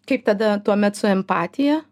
kaip tada tuomet su empatija